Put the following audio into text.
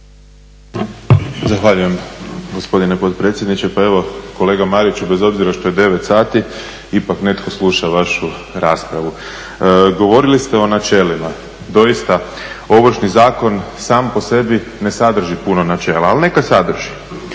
Zahvaljujem gospodine potpredsjedniče. Pa evo kolega Mariću, bez obzira što je 9 sati ipak netko sluša vašu raspravu. Govorili ste o načelima, doista Ovršni zakon sam po sebi ne sadrži puno načela, ali neka sadrži.